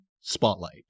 Spotlight